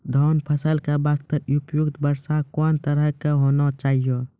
धान फसल के बास्ते उपयुक्त वर्षा कोन तरह के होना चाहियो?